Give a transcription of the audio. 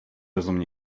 rozumnie